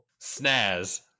snaz